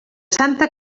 santa